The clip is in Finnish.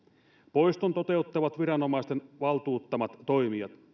poiston toteuttavat viranomaisten valtuuttamat toimijat